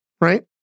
right